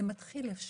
זה מתחיל איפשהו.